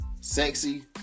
sexy